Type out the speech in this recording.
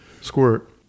squirt